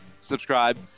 subscribe